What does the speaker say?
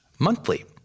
monthly